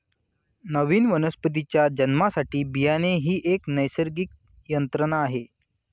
नवीन वनस्पतीच्या जन्मासाठी बियाणे ही एक नैसर्गिक यंत्रणा आहे